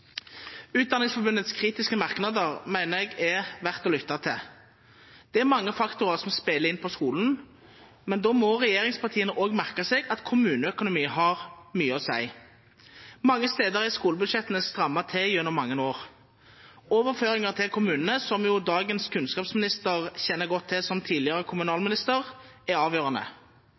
Utdanningsforbundets kritiske merknader mener jeg er verdt å lytte til. Det er mange faktorer som spiller inn på skolen, men da må regjeringspartiene også merke seg at kommuneøkonomi har mye å si. Mange steder er skolebudsjettene strammet til gjennom mange år. Overføringer til kommunene, som jo dagens kunnskapsminister kjenner godt til som tidligere kommunalminister, er avgjørende.